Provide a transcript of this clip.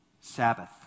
Sabbath